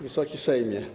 Wysoki Sejmie!